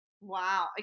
wow